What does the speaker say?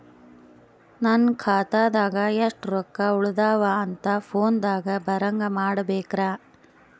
ನನ್ನ ಖಾತಾದಾಗ ಎಷ್ಟ ರೊಕ್ಕ ಉಳದಾವ ಅಂತ ಫೋನ ದಾಗ ಬರಂಗ ಮಾಡ ಬೇಕ್ರಾ?